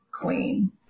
queen